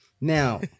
Now